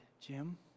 Jim